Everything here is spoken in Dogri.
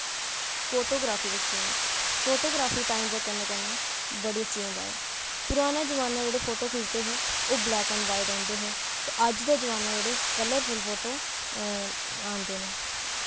फोटोग्राफी दे चेंज फोटोग्राफी दे टाईम कन्नै कन्नै बड़ी चेंज़ आए पराना जमान्ना जेह्ड़ा फोटो खिच्चदे हे ओह् ब्लैक एंड व्हाईट औंदे हे ते अज्ज दे जमान्नै जेह्ड़े कलरफुल फोटो आंदे न